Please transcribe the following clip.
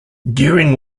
during